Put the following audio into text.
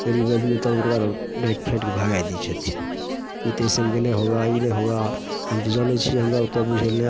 गरीब आदमी तऽ हुनकर डाँटि फाँटिके भगै दै छथिन ई तऽ अइसे नहि होगा ई नहि होगा हम तऽ जानै छिए हमरा ओतेक बुझैले नहि आबै